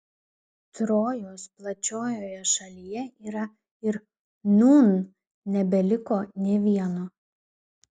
trojos plačiojoje šalyje yra ir nūn nebeliko nė vieno